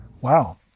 Wow